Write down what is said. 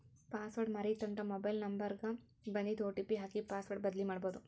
password ಮರೇತಂದ್ರ mobile number ಗ ಬನ್ದಿದ್ ಒ.ಟಿ.ಪಿ ಹಾಕಿ ಪಾಸ್ವರ್ಡ್ ಬದ್ಲಿಮಾಡ್ಬೊದು